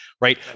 right